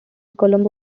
colombo